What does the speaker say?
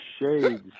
shades